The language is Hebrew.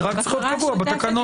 זה רק צריך להיות קבוע בתקנות.